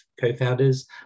co-founders